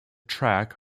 track